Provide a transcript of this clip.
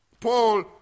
Paul